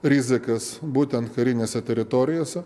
rizikas būtent karinėse teritorijose